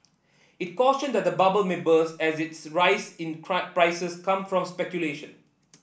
it cautioned that the bubble may burst as its rise in price come from speculation